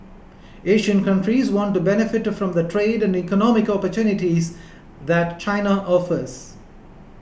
Asian countries want to benefit from the trade and economic opportunities that China offers